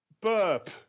Burp